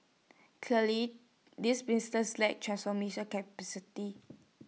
these businesses lack transformation capacity